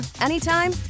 anytime